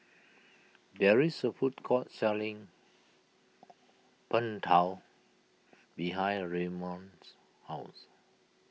there is a food court selling Png Tao behind Ramon's house